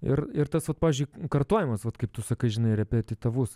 ir ir tas vat pavyzdžiui kartojimas vat kaip tu sakai žinai repetitavus